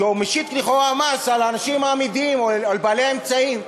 שמשית לכאורה מס על האנשים האמידים או על בעלי האמצעים.